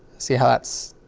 see how that's,